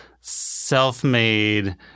self-made